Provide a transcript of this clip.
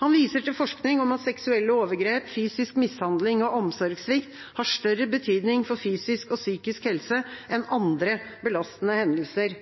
Han viser til forskning om at seksuelle overgrep, fysisk mishandling og omsorgssvikt har større betydning for fysisk og psykisk helse enn andre belastende hendelser.